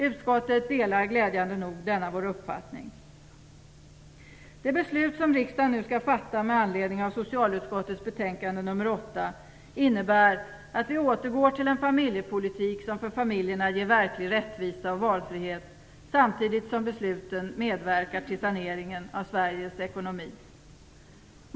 Utskottet delar glädjande nog denna vår uppfattning. Det beslut som riksdagen nu skall fatta med anledning av socialutskottets betänkande nr 8 innebär att vi återgår till en familjepolitik som för familjerna ger verklig rättvisa och valfrihet samtidigt som besluten medverkar till saneringen av Sveriges ekonomi.